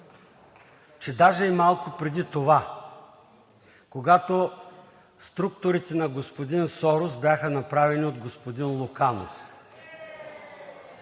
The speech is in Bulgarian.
че даже и малко преди това, когато структурите на господин Сорос бяха направени от господин Луканов.